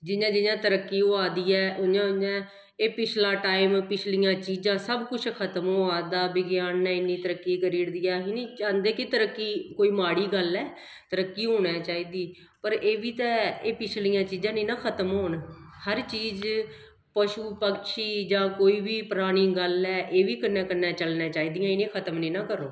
जियां जियां तरक्की होआ दी ऐ उ'आं उ'आं एह् पिछला टाइम पिछलियां चीजां सब किश खत्म होआ दा विज्ञान ने इन्नी तरक्की करी ओड़ी दी ऐ अस निं चांह्दे कि तरक्की कोई माड़ी गल्ल ऐ तरक्की होना चाहिदी पर एह् बी ते ऐ एह् पिछलियां चीजां ते नेईं ना खत्म होन हर चीज पशु पक्षी जां कोई बी परानी गल्ल ऐ एह् बी कन्नै कन्नै चलनियां चाहिदियां इ'नेंगी खत्म नेईं ना करो